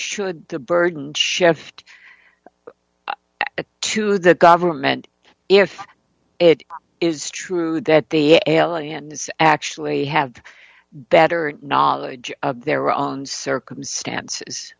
should the burden shift to the government if it is true that the aliens actually have better knowledge of their own circumstances